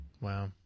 Wow